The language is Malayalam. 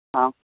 ആ